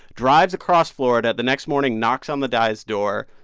drives across florida the next morning, knocks on the guy's door.